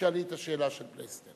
תשאלי את השאלה של פלסנר.